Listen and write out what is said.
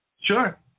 Sure